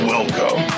Welcome